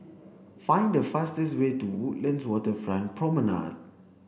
find the fastest way to Woodlands Waterfront Promenade